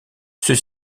ceux